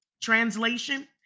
translation